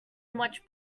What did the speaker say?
much